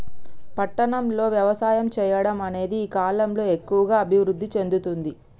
పట్టణం లో వ్యవసాయం చెయ్యడం అనేది ఈ కలం లో ఎక్కువుగా అభివృద్ధి చెందుతుంది